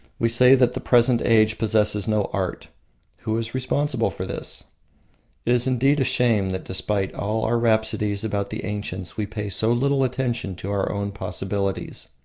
we say that the present age possesses no art who is responsible for this? it is indeed a shame that despite all our rhapsodies about the ancients we pay so little attention to our own possibilities.